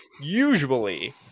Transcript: usually